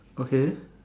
okay